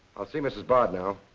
i'll see mrs. bard now.